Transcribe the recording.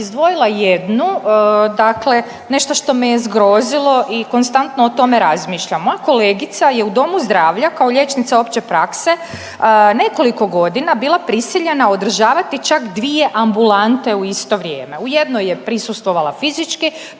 izdvojila jednu. Dakle, nešto što me je zgrozilo i konstantno o tome razmišljam. Moja kolegica je u domu zdravlja kao liječnica opće prakse nekoliko godina bila prisiljena održavati čak dvije ambulante u isto vrijeme. U jednoj je prisustvovala fizički,